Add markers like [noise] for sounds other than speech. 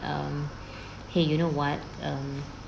um [breath] !hey! you know what um